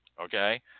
okay